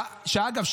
ואגב,